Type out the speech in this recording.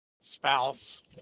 spouse